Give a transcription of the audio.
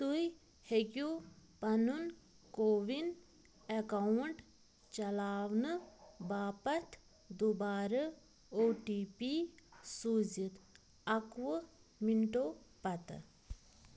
تُہۍ ہیٚکِو پنُن کووِن اٮ۪کاوُنٛٹ چلاونہٕ باپتھ دُبارٕ او ٹی پی سوٗزِتھ اَکہٕ وُہ مِنٹو پتہٕ